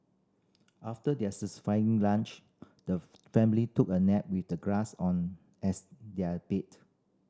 after their satisfying lunch the family took a nap with the grass on as their bed